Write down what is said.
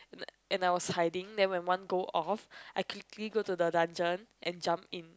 and and I was hiding then when one go off I quickly go to the dungeon and jump in